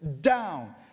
down